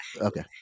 okay